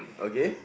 okay